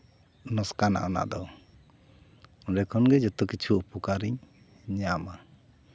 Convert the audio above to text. ᱞᱚᱥᱠᱟᱱᱟ ᱚᱱᱟᱫᱚ ᱚᱸᱰᱮ ᱠᱷᱚᱱᱜᱮ ᱡᱚᱛᱚ ᱠᱤᱪᱷᱩ ᱩᱯᱚᱠᱟᱨᱤᱧ ᱧᱟᱢᱟ